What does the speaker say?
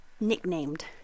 nicknamed